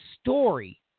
story